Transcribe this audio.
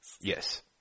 Yes